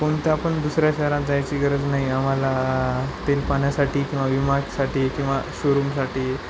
कोणत्या पण दुसऱ्या शहरात जायची गरज नाही आम्हाला तेलपाण्यासाठी किंवा विमातसाठी किंवा शोरूमसाठी